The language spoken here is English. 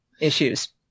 issues